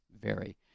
vary